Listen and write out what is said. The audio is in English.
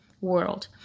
world